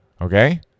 Okay